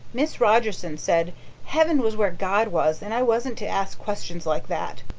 miss rogerson said heaven was where god was and i wasn't to ask questions like that.